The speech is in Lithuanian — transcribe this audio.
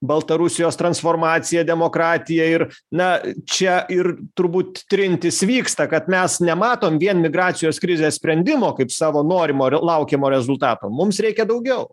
baltarusijos transformacija demokratija ir na čia ir turbūt trintys vyksta kad mes nematom vien migracijos krizės sprendimo kaip savo norimo ir laukiamo rezultato mums reikia daugiau